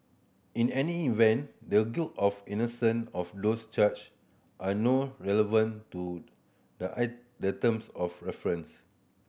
in any event the guilt of innocence of those charged are no relevant to the I the terms of reference